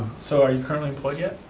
so are you currently employed yet?